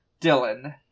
Dylan